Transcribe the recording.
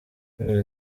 kubera